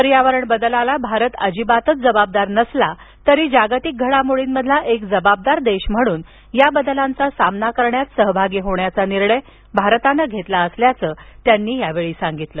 पर्यावरण बदलाला भारत अजिबातच जबाबदार नसला तरी जागतिक घडामोडींमधला एक जबाबदार देश म्हणून या बदलांचा सामना करण्यात सहभागी होण्याचा निर्णय भारतानं घेतला असल्याचं त्यांनी सांगितलं